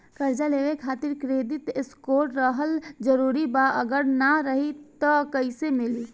कर्जा लेवे खातिर क्रेडिट स्कोर रहल जरूरी बा अगर ना रही त कैसे मिली?